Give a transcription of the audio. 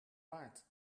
waard